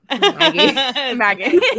maggie